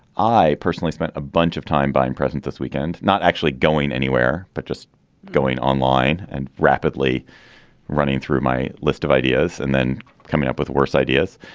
i personally spent a bunch of time buying president this weekend, not actually going anywhere, but just going online and rapidly running through my list of ideas and then coming up with worse ideas.